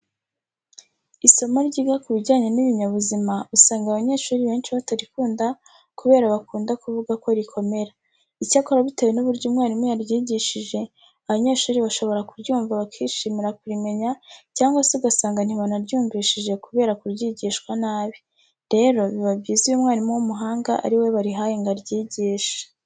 Isomo ryiga ku bijyanye n'ibinyabuzima usanga abanyeshuri benshi batarikunda kubera bakunda kuvuga ko rikomera. Icyakora bitewe n'uburyo umwarimu yaryigishije, abanyeshuri bashobora kuryumva bakishimira kurimenya cyangwa se ugasanga ntibanaryumvishije kubera kuryigishwa nabi. Rero biba byiza iyo umwarimu w'umuhanga ari we barihaye ngo aryigishe.